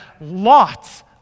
lots